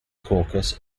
caucus